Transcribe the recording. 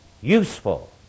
useful